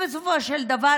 בסופו של דבר,